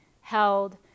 held